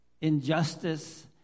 Injustice